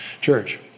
church